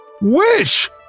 Wish